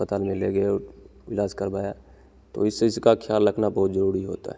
अस्पताल में ले गए और इलाज करवाया तो इस चीज़ का ख्याल रखना बहुत ज़रूरी होता है